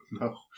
No